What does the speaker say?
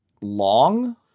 long